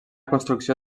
construcció